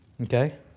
Okay